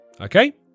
Okay